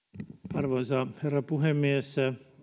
arvoisa herra puhemies